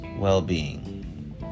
well-being